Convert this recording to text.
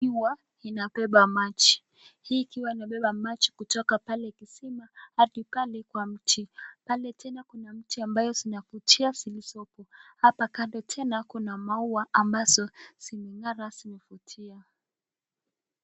Jua linabeba machi. Hili likiwa linabeba maji kutoka pale kisima hadi pale kwa mti. Pale tena kuna mti ambayo zinakutia zipo. Hapa kando tena kuna maua ambazo zimeng'ara, zimevutia.